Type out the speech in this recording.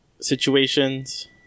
situations